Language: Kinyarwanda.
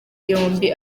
yombi